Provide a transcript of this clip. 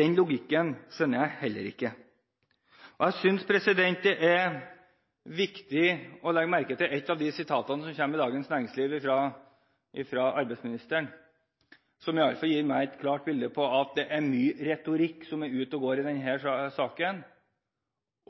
Den logikken skjønner jeg heller ikke. Jeg synes det er viktig å legge merke til et av de sitatene i Dagens Næringsliv som kommer fra arbeidsministeren, som iallfall gir meg et klart bilde på at det er mye retorikk som er ute og går i denne saken,